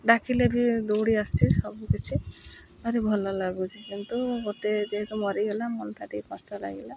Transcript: ଡାକିଲେ ବି ଦୌଡ଼ି ଆସୁଛି ସବୁକିଛି ଭାରି ଭଲ ଲାଗୁଛି କିନ୍ତୁ ଗୋଟେ ଯେହେତୁ ମରିଗଲା ମନଟା ଟିକେ କଷ୍ଟ ଲାଗିଲା